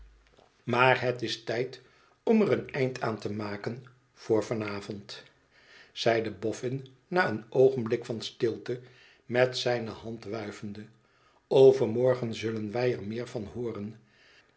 maar het is tijd om er een eind aan te maken voor van avond zei bofün na een oogenblik van stilte met zijne hand wuivende overmorgen zullen wij er meer van hooren